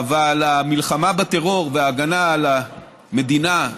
אבל המלחמה בטרור וההגנה על המדינה,